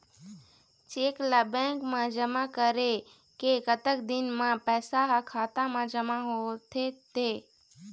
Cheque ला bank मा जमा करे के कतक दिन मा पैसा हा खाता मा जमा होथे थे?